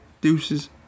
Deuces